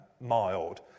mild